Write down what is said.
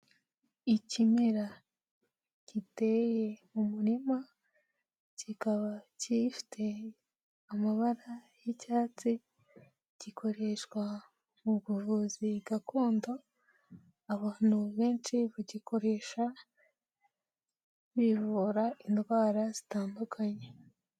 Ikimera giteye mu murima, kikaba gifite amabara y'icyatsi, gikoreshwa mu buvuzi gakondo, abantu benshi bagikoresha bivura indwara zitandukanye.